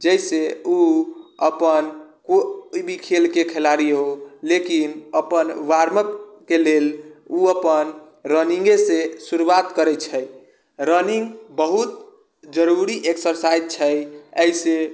जाहिसँ उ अपन कोइ भी खेलके खेलाड़ी हो लेकिन अपन वार्म अप के लेल उ अपन रनिंगसँ शुरुआत करै छै रनिङ्ग बहुत जरुरी एक्सरसाइज छै एहिसँ